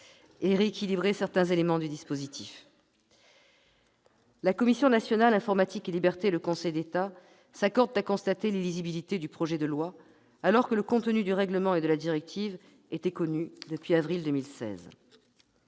et rééquilibrer certains éléments du dispositif. La Commission nationale de l'informatique et des libertés et le Conseil d'État s'accordent à constater l'illisibilité du projet de loi, alors que le contenu du règlement et de la directive était connu depuis avril 2016.